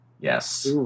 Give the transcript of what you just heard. Yes